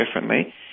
differently